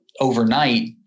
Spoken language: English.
overnight